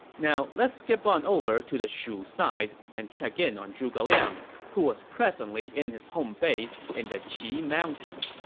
now, let's skip on over to the shu side and check in on zhuge liang, who was presently in his home base in the qi mountain.